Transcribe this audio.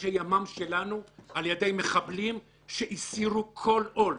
ואנשי ימ"מ שלנו על ידי מחבלים שהסירו כל עול,